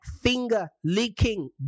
finger-licking